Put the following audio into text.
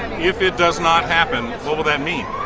if it does not happen, what would that mean?